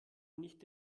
nicht